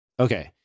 Okay